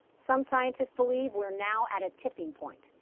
some scientists believe we're now at a tipping point.